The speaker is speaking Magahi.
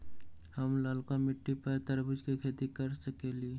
हम लालका मिट्टी पर तरबूज के खेती कर सकीले?